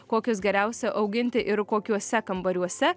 kokius geriausia auginti ir kokiuose kambariuose